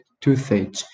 toothache